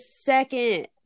second